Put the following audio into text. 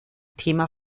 thema